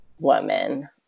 woman